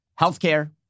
healthcare